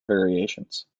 variations